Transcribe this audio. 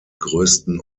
größten